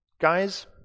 Guys